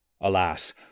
Alas